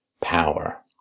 power